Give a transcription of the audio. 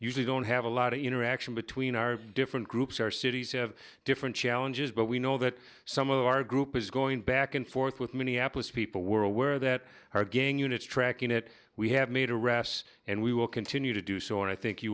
usually don't have a lot of interaction between our different groups our cities have different challenges but we know that some of our group is going back and forth with minneapolis people were aware that our gang unit is tracking it we have made arrests and we will continue to do so and i think you